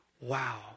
wow